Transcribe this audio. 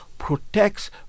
Protects